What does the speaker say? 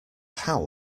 how